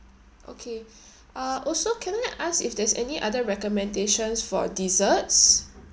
okay uh also can I ask if there's any other recommendations for desserts